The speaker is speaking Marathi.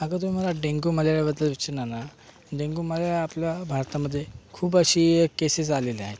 अगर तुम्ही मला डेंगू मलेरियाबद्दल विचारणार ना डेंगू मलेरिया आपल्या भारतामध्ये खूप अशी केसेस आलेल्या आहेत